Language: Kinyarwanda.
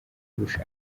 kurusha